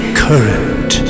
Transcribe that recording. current